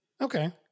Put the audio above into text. Okay